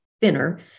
thinner